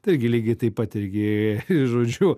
taigi lygiai taip pat irgi žodžiu